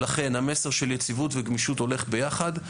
לכן המסר של יציבות וגמישות הולך ביחד,